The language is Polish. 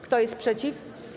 Kto jest przeciw?